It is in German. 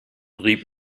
trieb